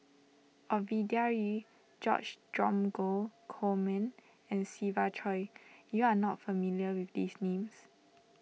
Ovidia Yu George Dromgold Coleman and Siva Choy you are not familiar with these names